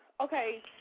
Okay